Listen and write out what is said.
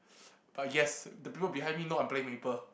but guess the people behind me know I'm playing Maple